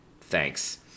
Thanks